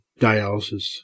dialysis